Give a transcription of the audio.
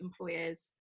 employers